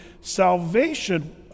Salvation